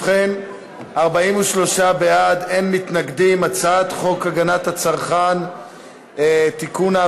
ההצעה להעביר את הצעת חוק הגנת הצרכן (תיקון,